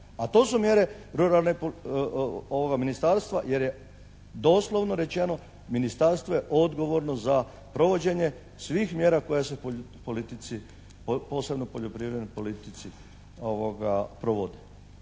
A to su mjere ruralne, ovoga ministarstva jer je doslovno rečeno, ministarstvo je odgovorno za provođenje svih mjera koje se u politici, posebno poljoprivrednoj politici provodi.